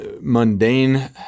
mundane